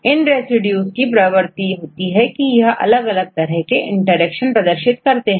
इन residues की यह प्रवृत्ति होती है कि यह अलग अलग तरह के इंटरेक्शन प्रदर्शित करते हैं